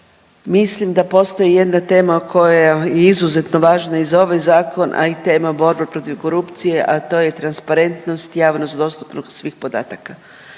mislim da postoji jedna tema koja je izuzetno važna i za ovaj zakon, a i tema borbe protiv korupcije, a to je transparentnost, javnost, dostupnost svih podataka.